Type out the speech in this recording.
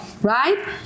right